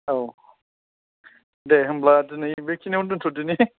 औ दे होनब्ला दिनै बेखिनियावनो दोनथ'दिनि